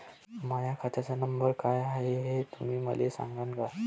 माह्या खात्याचा नंबर काय हाय हे तुम्ही मले सागांन का?